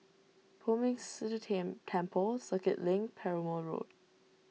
Poh Ming Tse Temple Circuit Link Perumal Road